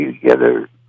together